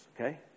Okay